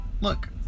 Look